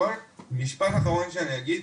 משפט אחרון שאני אגיד,